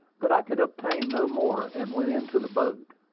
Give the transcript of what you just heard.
but i could obtain no more, and went into the boat.